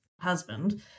husband